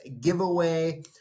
giveaway